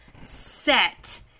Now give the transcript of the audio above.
Set